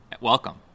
welcome